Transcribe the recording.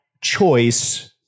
choice